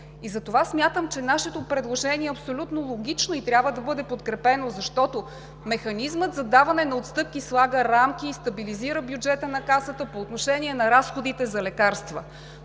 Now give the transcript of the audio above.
Затова смятам, че нашето предложение е абсолютно логично и трябва да бъде подкрепено, защото механизмът за даване на отстъпки слага рамки и стабилизира бюджета на Касата по отношение на разходите за лекарства.